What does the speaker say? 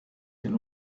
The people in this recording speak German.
den